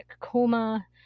coma